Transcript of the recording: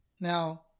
Now